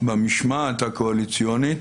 במשמעת הקואליציונית